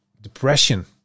depression